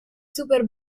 super